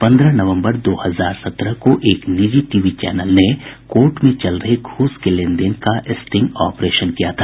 पन्द्रह नवम्बर दो हजार सत्रह को एक निजी टीवी चैनल ने कोर्ट में चल रहे घूस के लेन देन का स्टिंग ऑपरेशन किया था